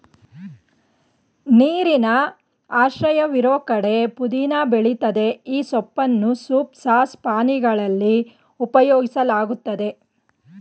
ನೀರಿನ ಆಶ್ರಯವಿರೋ ಕಡೆ ಪುದೀನ ಬೆಳಿತದೆ ಈ ಸೊಪ್ಪನ್ನು ಸೂಪ್ ಸಾಸ್ ಪಾನೀಯಗಳಲ್ಲಿ ಉಪಯೋಗಿಸಲಾಗ್ತದೆ